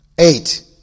Eight